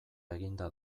eginda